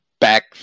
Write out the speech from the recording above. back